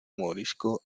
morisco